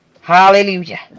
Hallelujah